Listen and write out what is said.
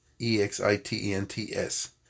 E-X-I-T-E-N-T-S